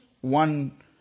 one